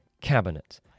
cabinet